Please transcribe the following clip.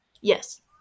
Yes